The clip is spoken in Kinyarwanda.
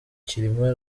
cyilima